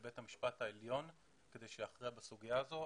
לבית המשפט העליון כדי שיכריע בסוגיה הזאת.